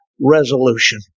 resolution